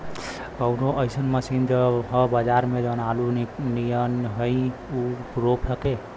कवनो अइसन मशीन ह बजार में जवन आलू नियनही ऊख रोप सके?